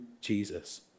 Jesus